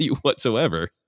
whatsoever